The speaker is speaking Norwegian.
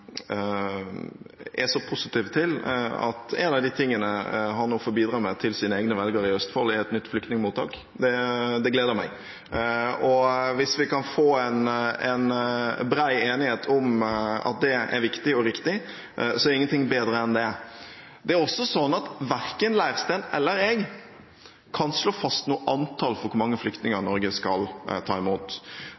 er så positiv til at en av de tingene han nå får bidra med overfor sine egne velgere i Østfold, er et nytt flyktningmottak. Det gleder meg. Og hvis vi kan få til en bred enighet om at det er viktig og riktig, er ingenting bedre enn det. Det er også slik at verken representanten Leirstein eller jeg kan slå fast noe antall for hvor mange flyktninger Norge skal ta imot.